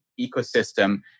ecosystem